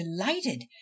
delighted